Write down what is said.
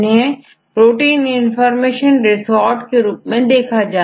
इन्हें protein information रिसोर्सेजके रूप में रखा गया है